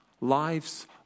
Lives